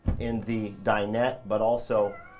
in the dinette, but also